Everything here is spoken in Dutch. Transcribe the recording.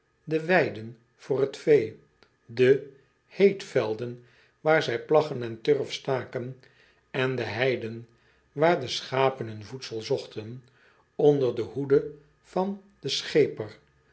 de weiden voor het vee de heetvelden waar zij plaggen en turf staken en de heiden waar de schapen hun voedsel zochten onder de hoede van den cheper